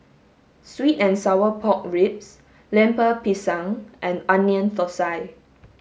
sweet and sour pork ribs Lemper Pisang and onion thosai